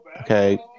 Okay